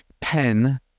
pen